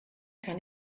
kann